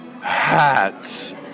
Hats